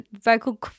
vocal